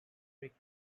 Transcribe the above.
brick